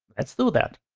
let's do that.